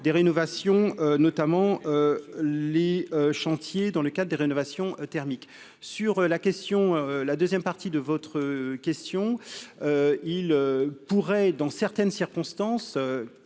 des rénovations notamment les chantiers dans le cas des rénovations thermiques sur la question, la 2ème partie de votre question, il pourrait, dans certaines circonstances,